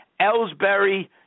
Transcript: Ellsbury